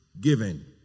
given